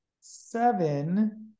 seven